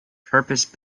purpose